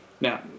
Now